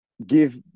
Give